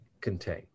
contain